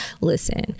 Listen